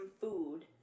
food